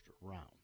round